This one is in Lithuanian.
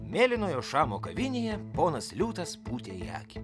mėlynojo šamo kavinėje ponas liūtas pūtė į akį